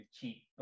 cheap